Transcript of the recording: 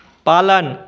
पालन